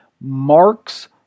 marks